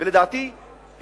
ולדעתי,